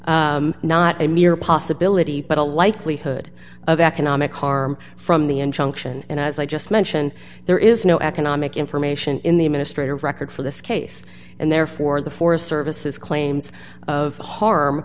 not a mere possibility but a likelihood of economic harm from the injunction and as i just mentioned there is no economic information in the administrative record for this case and therefore the forest service is claims of